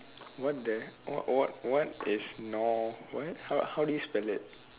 what the what what what is nor what how how do you spell it